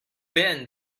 been